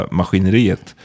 maskineriet